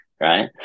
right